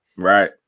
Right